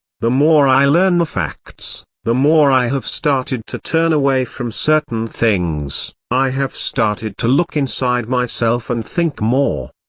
the more i learn the facts, the more i have started to turn away from certain things, i have started to look inside myself and think more.